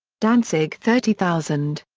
danzig thirty thousand.